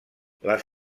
les